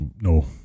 no